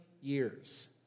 years